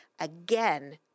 again